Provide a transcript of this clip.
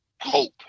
hope